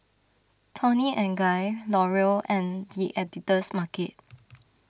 Toni and Guy L'Oreal and the Editor's Market